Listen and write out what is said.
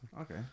Okay